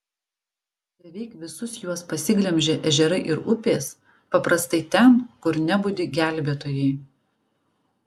beveik visus juos pasiglemžė ežerai ir upės paprastai ten kur nebudi gelbėtojai